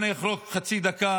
ואם אני אחרוג חצי דקה,